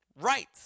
right